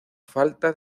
falta